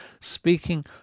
speaking